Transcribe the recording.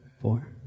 Four